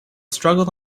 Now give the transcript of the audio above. struggled